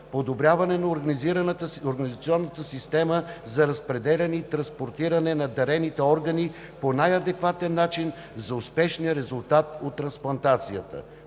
подобряване на организационната система за разпределяне и транспортиране на дарените органи по най-адекватен начин за успешния резултат от трансплантацията;